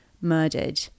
murdered